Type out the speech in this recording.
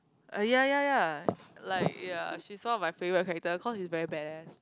eh ya ya ya like ya she's one of my favourite character cause she very badass